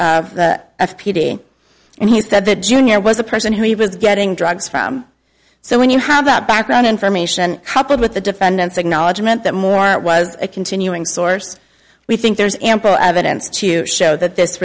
of the p d and he said that jr was the person who he was getting drugs from so when you have that background information coupled with the defendant's acknowledgement that more it was a continuing source we think there's ample evidence to show that this